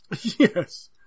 Yes